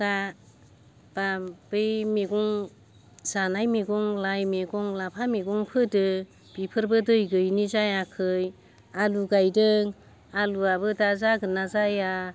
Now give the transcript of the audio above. दा बा बै मैगं जानाय मैगं लाइ मैगं लाफा मैगं फोदो बेफोरबो दै गैयिनि जायाखै आलु गायदों आलआबो दा जागोन ना जाया